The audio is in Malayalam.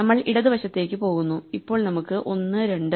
നമ്മൾ ഇടതു വശത്തേക്ക് പോകുന്നു ഇപ്പോൾ നമുക്ക് ഒന്ന് ഉണ്ട്